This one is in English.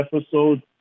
episode